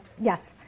Yes